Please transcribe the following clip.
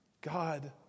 God